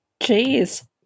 Jeez